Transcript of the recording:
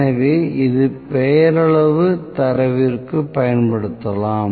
எனவே இது பெயரளவு தரவிற்கும் பயன்படுத்தப்படலாம்